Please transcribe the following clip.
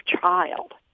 child